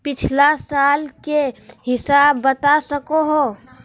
पिछला साल के हिसाब बता सको हो?